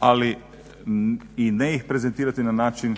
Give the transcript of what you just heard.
ali i ne ih prezentirati na način